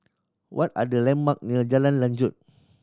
what are the landmark near Jalan Lanjut